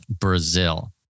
Brazil